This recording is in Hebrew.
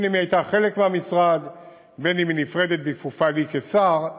בין שהיא חלק מהמשרד ובין שהיא נפרדת וכפופה לי כשר.